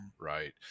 right